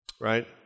Right